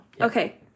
Okay